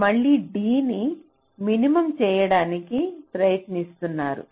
మళ్ళీ D ని minimum చేయడానికి ప్రయత్నిస్తున్నారు